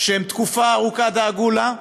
שהם תקופה ארוכה דאגו לה,